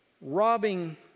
robbing